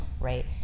right